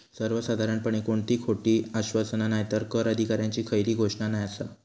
सर्वसाधारणपणे कोणती खोटी आश्वासना नायतर कर अधिकाऱ्यांची खयली घोषणा नाय आसा